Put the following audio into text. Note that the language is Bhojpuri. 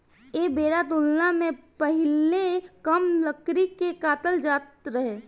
ऐ बेरा तुलना मे पहीले कम लकड़ी के काटल जात रहे